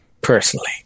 personally